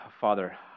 Father